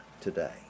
today